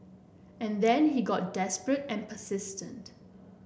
and then he got desperate and persistent